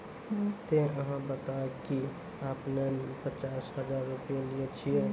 ते अहाँ बता की आपने ने पचास हजार रु लिए छिए?